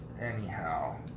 Anyhow